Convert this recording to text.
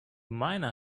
miner